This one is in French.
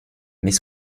mais